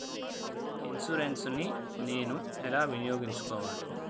Insurance ని నేను ఎలా వినియోగించుకోవాలి?